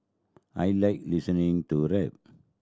I like listening to rap